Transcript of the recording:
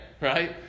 right